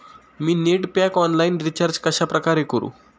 मी net pack online recharge कशाप्रकारे करु?